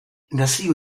nazio